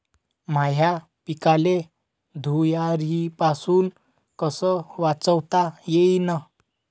माह्या पिकाले धुयारीपासुन कस वाचवता येईन?